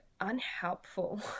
unhelpful